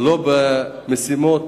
ולא משימות